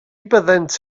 byddent